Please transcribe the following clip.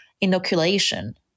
inoculation